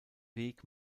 weg